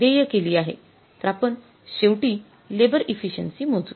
तर आपण शेवटी लेबर इफिसिएन्सी मोजू